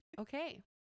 Okay